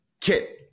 Kit